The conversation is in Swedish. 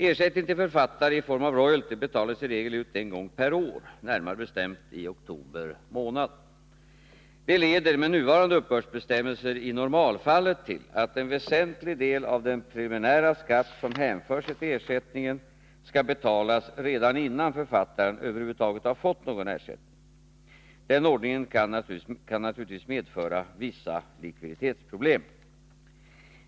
Ersättning till författare i form av royalty betalas i regel ut en gång per år, närmare bestämt i oktober månad. Detta leder med nuvarande uppbördsbestämmelser i normalfallet till att en väsentlig del av den preliminära skatt som hänför sig till ersättningen skall betalas redan innan författaren över huvud taget har fått någon ersättning. Denna ordning kan naturligtvis medföra vissa likviditetsproblem.